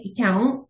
account